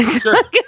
Sure